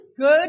good